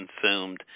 consumed